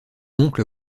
oncle